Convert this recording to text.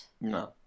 No